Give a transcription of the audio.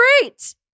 great